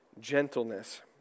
Gentleness